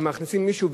ומכניסים מישהו,